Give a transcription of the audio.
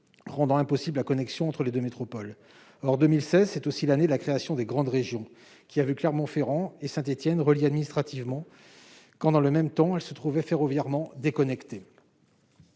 rendant impossible la connexion entre les 2 métropoles en 2016, c'est aussi l'année de la création des grandes régions qui a vu, Clermont-Ferrand et Saint-Étienne relégué administrativement quand dans le même temps, elle se trouvait ferroviaire déconnecté.